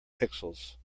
pixels